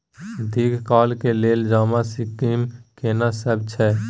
दीर्घ काल के लेल जमा स्कीम केना सब छै?